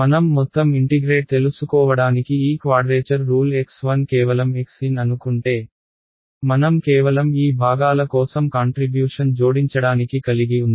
మనం మొత్తం ఇంటిగ్రేట్ తెలుసుకోవడానికి ఈ క్వాడ్రేచర్ రూల్ x1 కేవలం xn అనుకుంటే మనం కేవలం ఈ భాగాల కోసం కాంట్రిబ్యూషన్ జోడించడానికి కలిగి ఉంది